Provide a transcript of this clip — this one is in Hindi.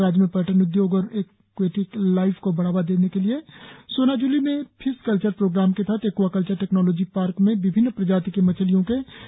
राज्य में पर्यटन उद्योग और एक्वेटिव लाइफ को बढ़ावा देने के लिए सोनाज्ली में फिश कल्चर प्रोग्राम के तहत एक्वाकल्चर टेक्नोलोजि पार्क में विभिन्न प्रजाति के मछलियों के सौ से अधिक तालाब हैं